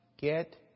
get